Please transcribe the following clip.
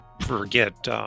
forget